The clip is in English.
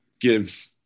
give